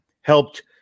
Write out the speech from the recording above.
helped